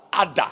Ada